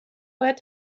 باید